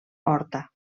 horta